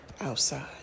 outside